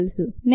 నేను 1